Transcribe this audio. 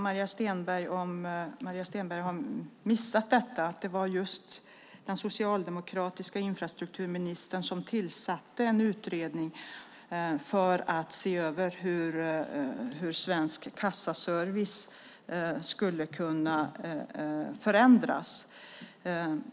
Har Maria Stenberg missat att det var den socialdemokratiska infrastrukturministern som tillsatte en utredning för att se över hur Svensk Kassaservice skulle kunna förändras?